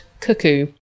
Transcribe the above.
cuckoo